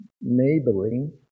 neighboring